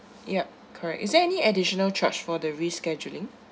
yup correct is there any additional charge for the rescheduling